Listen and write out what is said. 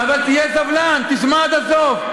אבל תהיה סבלן, תשמע עד הסוף.